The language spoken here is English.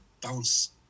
bounce